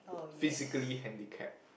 physically handicapped